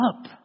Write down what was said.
up